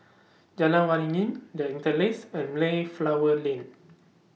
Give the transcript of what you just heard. Jalan Waringin The Interlace and Mayflower Lane